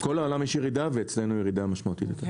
בכל העולם יש ירידה, ואצלנו ירידה משמעותית יותר.